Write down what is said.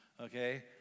Okay